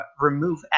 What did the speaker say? remove